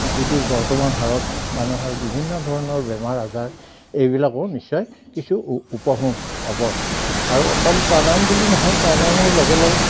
যিটো বৰ্তমান হাৰত মানুহৰ বিভিন্ন ধৰণৰ বেমাৰ আজাৰ এইবিলাকো নিশ্চয় কিছু উপশম হ'ব আৰু অকল প্ৰাণায়াম বুলি নহয় প্ৰাণায়ামৰ লগে লগে